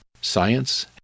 science